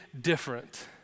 different